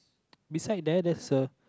beside there there's a